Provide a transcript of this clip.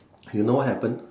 you know what happen